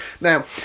now